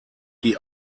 die